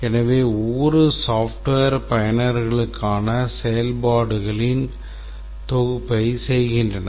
எனவே ஒவ்வொரு software பயனர்களுக்கான செயல்பாடுகளின் தொகுப்பைச் செய்கின்றன